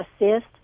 Assist